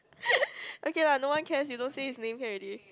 okay lah no one cares you don't say his name can already